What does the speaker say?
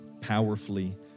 powerfully